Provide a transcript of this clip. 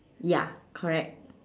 ya correct